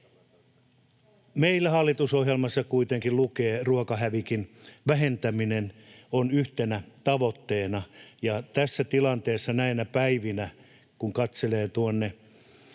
Meillä hallitusohjelmassa kuitenkin lukee, että ruokahävikin vähentäminen on yhtenä tavoitteena, ja tässä tilanteessa, näinä päivinä, kun katselee tuonne